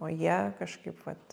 o jie kažkaip vat